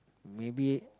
maybe